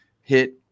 hit